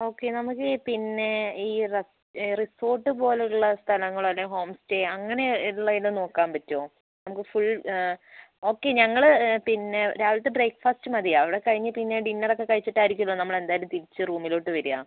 okay നമുക്ക് ഈ പിന്നേ ഈ റിസോർട്ട് പോലുള്ള സ്ഥലങ്ങളോ അല്ലെങ്കിൽ ഹോംസ്റ്റേയോ അങ്ങനെ ഉള്ള ഇത് നോക്കാൻ പറ്റുമോ നമുക്ക് ഫുൾ ഓക്കെ ഞങ്ങൾ പിന്നെ രാവിലത്തെ ബ്രേക്ക്ഫാസ്റ്റ് മതി അവിടെക്കഴിഞ്ഞ് പിന്നെ ഡിന്നറൊക്കെ കഴിച്ചിട്ടായിരിക്കുമല്ലോ നമ്മളെന്തായാലും തിരിച്ചു റൂമിലോട്ട് വരിക